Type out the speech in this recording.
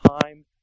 time